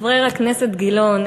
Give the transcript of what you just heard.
חבר הכנסת גילאון,